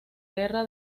guerra